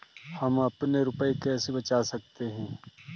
हम अपने रुपये कैसे बचा सकते हैं?